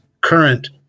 current